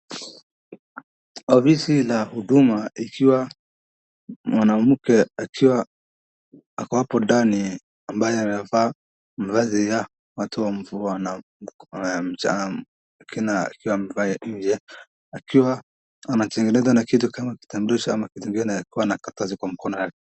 Ofisi ya huduma ikiwa mwanamke akiwa ako hapo ndani ambaye amevaa mavazi ya watu wanaomcha akiwa anatengeneza kitu kama kitambulisho akiwa na karatasi kwa mkono wake.